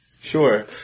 Sure